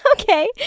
okay